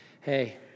hey